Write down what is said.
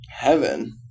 Heaven